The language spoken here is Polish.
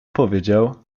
powiedział